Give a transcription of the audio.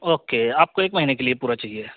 okay آپ کو ایک مہینے کے لیے پورا چاہیے